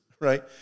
right